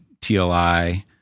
TLI